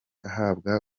ahabwa